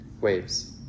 waves